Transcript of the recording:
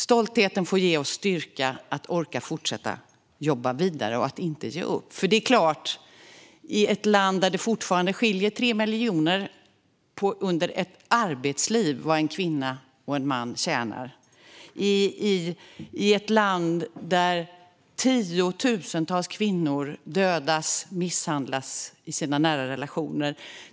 Stoltheten får ge oss styrka att orka fortsätta jobba vidare och inte ge upp. Vi har ett land där det fortfarande skiljer 3 miljoner under ett arbetsliv mellan vad en kvinna och en man tjänar. Vi har ett land där tiotusentals kvinnor dödas eller misshandlas i sina nära relationer.